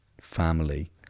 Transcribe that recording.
family